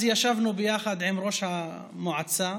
אז ישבנו ביחד עם ראש המועצה,